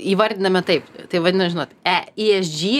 įvardiname taip tai vadina žinot e ies džy